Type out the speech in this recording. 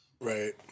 Right